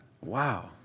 Wow